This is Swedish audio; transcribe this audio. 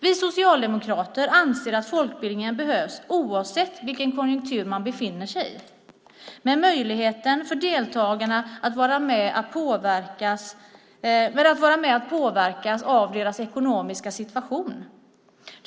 Vi socialdemokrater anser att folkbildningen behövs oavsett vilken konjunktur man befinner sig i, men möjligheten för deltagarna att vara med påverkas av deras ekonomiska situation.